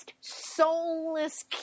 soulless